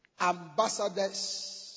ambassadors